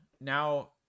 Now